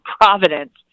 Providence